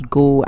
go